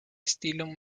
estilo